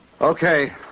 Okay